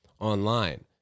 online